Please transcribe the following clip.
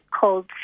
called